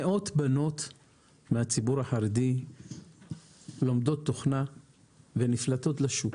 מאות בנות מהציבור החרדי לומדות תוכנה ונפלטות לשוק.